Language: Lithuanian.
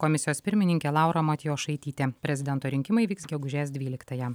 komisijos pirmininkė laura matjošaitytė prezidento rinkimai vyks gegužės dvyliktąją